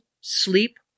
sleep